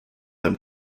them